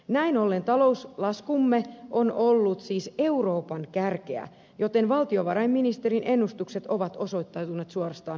näin ollen talouslaskumme on ollut siis euroopan kärkeä joten valtiovarainministerin ennustukset ovat osoittautuneet suorastaan naurettaviksi